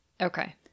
Okay